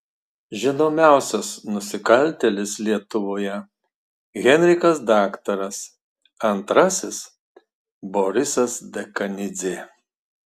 žinomiausias nusikaltėlis lietuvoje henrikas daktaras antrasis borisas dekanidzė